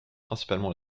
principalement